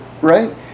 right